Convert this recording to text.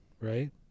right